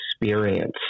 experience